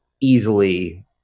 easily